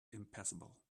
impassable